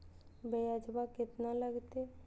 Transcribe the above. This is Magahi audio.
ब्यजवा केतना लगते?